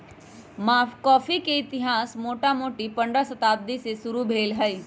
coffee के इतिहास मोटामोटी पंडह शताब्दी से शुरू भेल हइ